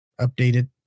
updated